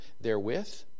therewith